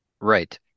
right